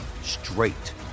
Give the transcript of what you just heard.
straight